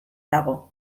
dago